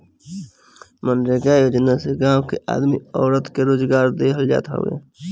मनरेगा योजना से गांव के आदमी औरत के रोजगार देहल जात हवे